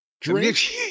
drink